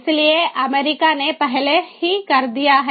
इसलिए अमेरिका ने पहले ही कर दिया है